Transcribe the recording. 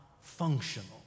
functional